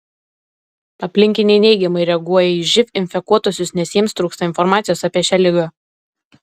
aplinkiniai neigiamai reaguoja į živ infekuotuosius nes jiems trūksta informacijos apie šią ligą